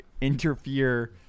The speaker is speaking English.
interfere